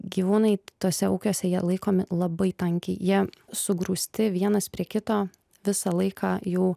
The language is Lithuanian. gyvūnai tuose ūkiuose jie laikomi labai tankiai jie sugrūsti vienas prie kito visą laiką jų